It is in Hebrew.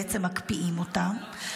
בעצם מקפיאים אותן,